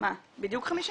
מה, בדיוק חמישה?